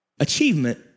Achievement